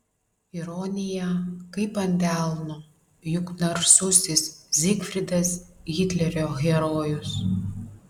ironija kaip ant delno juk narsusis zygfridas hitlerio herojus